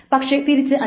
പക്ഷെ തിരിച്ച് അല്ല